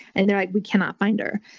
and they're like, we cannot find her.